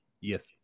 yes